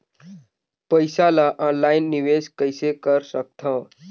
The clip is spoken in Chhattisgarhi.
पईसा ल ऑनलाइन निवेश कइसे कर सकथव?